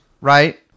right